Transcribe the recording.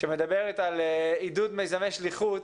שמדברת על עידוד מיזמי שליחות